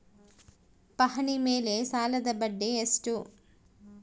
ಪಹಣಿ ಮೇಲೆ ಸಾಲದ ಬಡ್ಡಿ ಎಷ್ಟು?